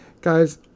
guys